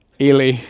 Eli